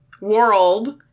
world